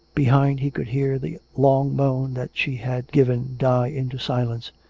behind he could hear the long moan that she had given die into silence,